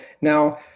Now